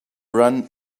run